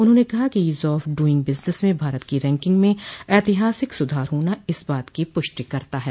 उन्होंने कहा कि ईज ऑफ डूइंग बिजनेस में भारत की रैंकिंग में ऐतिहासिक सुधार होना इस बात की पुष्टि करता है